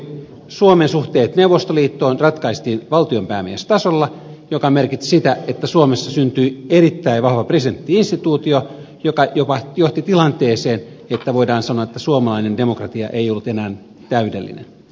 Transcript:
suomen suhteet neuvostoliittoon ratkaistiin valtionpäämiestasolla mikä merkitsi sitä että suomessa syntyi erittäin vahva presidentti instituutio joka jopa johti tilanteeseen että voidaan sanoa että suomalainen demokratia ei ollut enää täydellinen